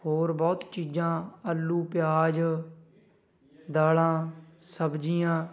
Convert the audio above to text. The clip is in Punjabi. ਹੋਰ ਬਹੁਤ ਚੀਜ਼ਾਂ ਆਲੂ ਪਿਆਜ ਦਾਲਾਂ ਸਬਜ਼ੀਆਂ